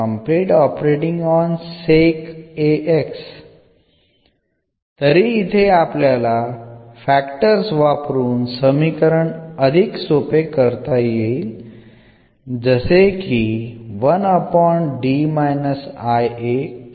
കാരണം or എന്നതിനായുള്ള formula നമുക്ക് അറിയാം